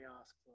ask